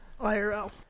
IRL